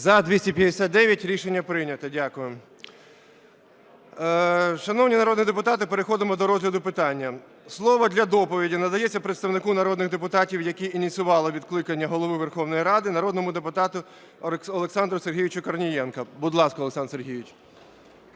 За-259 Рішення прийнято. Дякую. Шановні народні депутати, переходимо до розгляду питання. Слово для доповіді надається представнику народних депутатів, які ініціювали відкликання Голови Верховної Ради, народному депутату Олександру Сергійовичу Корнієнку. Будь ласка, Олександр Сергійович.